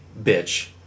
bitch